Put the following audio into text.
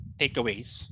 takeaways